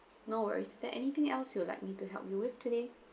no worries is there anything else you would like me to help you with today